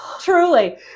truly